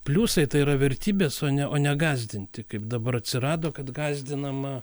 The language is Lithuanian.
pliusai tai yra vertybės o ne o ne gąsdinti kaip dabar atsirado kad gąsdinama